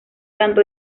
tanto